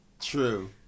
True